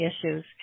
issues